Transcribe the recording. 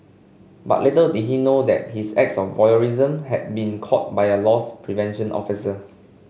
but little did he know that his acts of voyeurism had been caught by a loss prevention officer